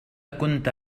كنت